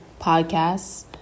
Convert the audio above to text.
podcasts